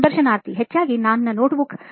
ಸಂದರ್ಶನಾರ್ಥಿ ಹೆಚ್ಚಾಗಿ ನನ್ನ ನೋಟ್ಬುಕ್